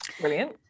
Brilliant